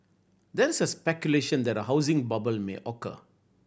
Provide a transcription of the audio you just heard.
there is speculation that a housing bubble may occur